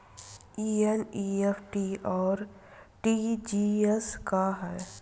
ई एन.ई.एफ.टी और आर.टी.जी.एस का ह?